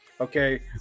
Okay